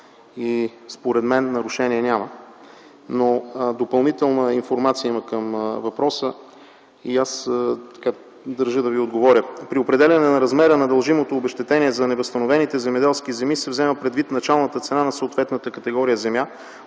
Според мен нарушение няма, но към въпроса има допълнителна информация и аз държа да Ви отговоря. При определяне на размера на дължимото обезщетение за невъзстановените земеделски земи се взема предвид началната цена на съответната категория земя,